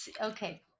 okay